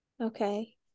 okay